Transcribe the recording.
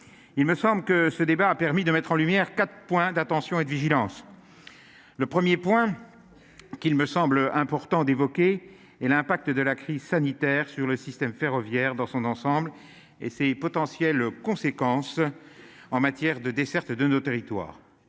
il me semble que ce débat a permis de mettre en lumière 4 points d'attention et de vigilance, le 1er point qu'il me semble important d'évoquer et l'impact de la crise sanitaire sur le système ferroviaire dans son ensemble et ses potentielles conséquences en matière de desserte de nos territoires,